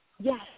Yes